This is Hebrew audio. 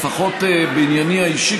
לפחות בענייני האישי,